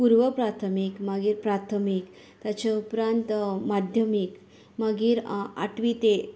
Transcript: पुर्व प्राथमीक मागीर प्राथमीक ताचे उपरांत माध्यमीक मागीर आठवी ते